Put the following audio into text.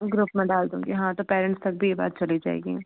group में डाल दूँगी हाँ तो पैरेंट्स तक भी ये बात चली जाएगी